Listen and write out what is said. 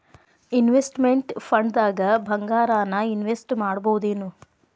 Investment ಫಂಡ್ದಾಗ್ ಭಂಗಾರಾನ invest ಮಾಡ್ಬೊದೇನು?